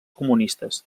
comunistes